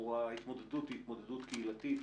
ההתמודדות היא התמודדות קהילתית.